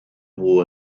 nhw